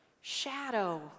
shadow